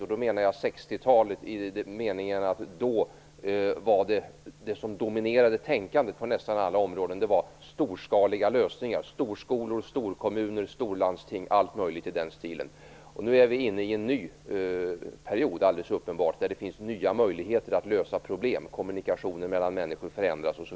Med det menar jag att storskaliga lösningar då dominerade tänkandet på nästan alla områden - storskolor, storkommuner, storlandsting och allt möjligt i den stilen. Men nu är vi uppenbarligen inne i en ny period då det finns nya möjligheter att lösa problem och då kommunikationer mellan människor förändras.